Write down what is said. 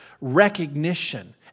recognition